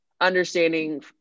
understanding